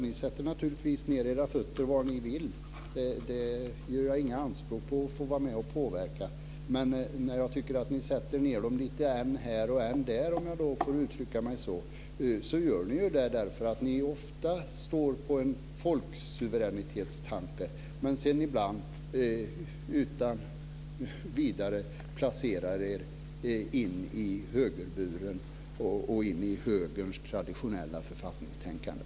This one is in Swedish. Ni sätter naturligtvis ned era fötter var ni vill. Jag gör inga anspråk på att få vara med och påverka det. Men när jag tycker att ni sätter ned dem lite än här och än där, om jag får uttrycka mig så, så gör ni ju det därför att ni ofta står bakom en folksuveränitetstanke men sedan ibland utan vidare placerar er in i högerburen och in i högerns traditionella författningstänkande.